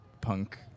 punk